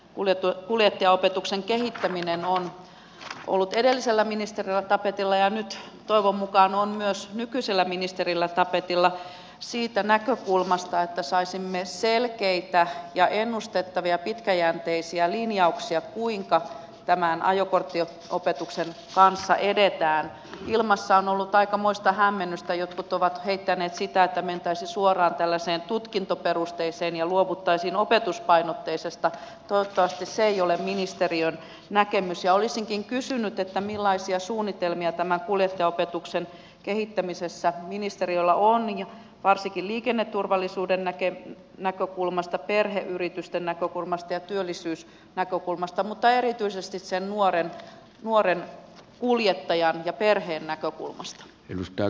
kuljetus kuljettajaopetuksen kehittäminen on ollut edellisellä ministerillä tapetilla ja nyt tuovan mukanaan myös nykyisellä ministerillä tapetilla siitä näkökulmasta että saisimme selkeitä ja ennustettavia pitkäjänteisiä linjauksia kuinka tämän ajokortti opetuksen kanssa edetään ilmassa on ollut aikamoista hämmennystä jotkut ovat heittäneet sitä että mentäisiin suoraan tällaiseen tutkintoperusteiseen ja luovuttaisiin opetuspainotteisesta tuo taas kyse ei ole ministeriön näkemys ja olisinkin kysynyt että millaisia suunnitelmia tämän kuljettajaopetuksen kehittämisessä ministeriöllä onnin ja varsinkin liikenneturvallisuuden näkee näkökulmasta perheyritysten näkökulmasta ja työllisyys näkokulmasta mutta erityisesti sen nuoren nuoren kuljettaja ja perheen näkökulmasta edustaa